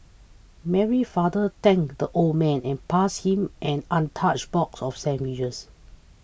Mary's father thanked the old man and passed him an untouched box of sandwiches